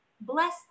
bless